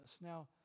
Now